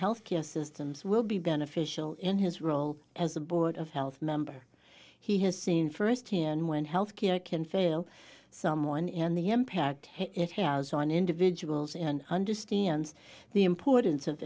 health care systems will be beneficial in his role as a board of health member he has seen firsthand when health care can fail someone in the impact it has on individuals and understands the importance of